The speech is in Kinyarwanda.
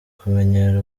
kumenyera